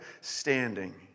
standing